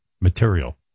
material